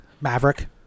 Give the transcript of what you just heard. Maverick